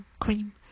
cream